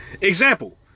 Example